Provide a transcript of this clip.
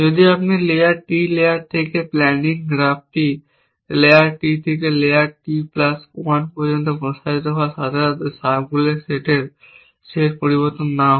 যদি আপনি layer T layer থেকে প্ল্যানিং গ্রাফটি লেয়ার T থেকে লেয়ার টি প্লাস 1 পর্যন্ত প্রসারিত করার সাথে সাথে সাব গোল সেটের সেট পরিবর্তন না হয়